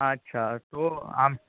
আচ্ছা তো